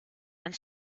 and